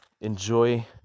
Enjoy